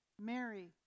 Mary